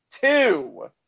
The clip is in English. two